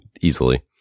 easily